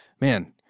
man